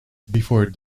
before